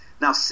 Now